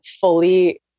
fully